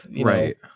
right